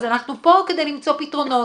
אז אנחנו פה כדי למצוא פתרונות.